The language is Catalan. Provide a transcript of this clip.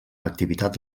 activitat